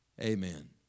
Amen